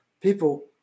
People